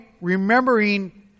remembering